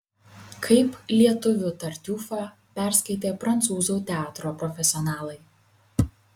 kaip lietuvių tartiufą perskaitė prancūzų teatro profesionalai